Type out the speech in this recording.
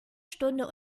stunde